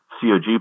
COG